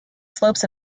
slopes